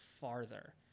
farther